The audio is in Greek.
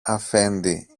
αφέντη